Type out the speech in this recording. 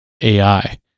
AI